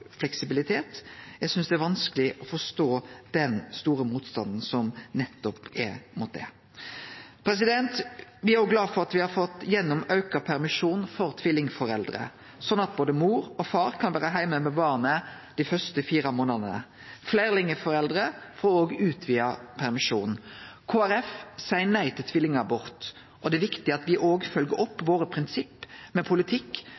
fleksibilitet. Eg synest det er vanskeleg å forstå den store motstanden som er mot det. Me er også glade for at me har fått igjennom auka permisjon for tvillingforeldre, sånn at både mor og far kan vere heime med barnet dei første fire månadene. Fleirlingforeldre får òg utvida permisjon. Kristeleg Folkeparti seier nei til tvillingabort, og det er viktig at vi følgjer opp våre prinsipp med politikk